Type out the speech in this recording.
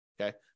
Okay